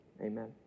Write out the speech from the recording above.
Amen